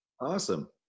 Awesome